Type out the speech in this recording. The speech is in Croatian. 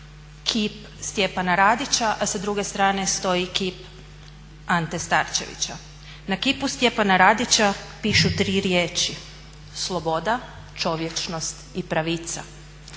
kip Stjepana Radića a sa druge strane stoji kip Ante Starčevića. Na kipu Stjepana Radića pišu tri riječi "Sloboda, čovječnost i pravica.".